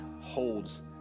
holds